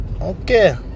Okay